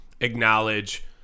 acknowledge